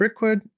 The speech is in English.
brickwood